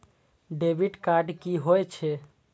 Debit card की होय छे?